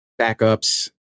backups